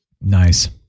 Nice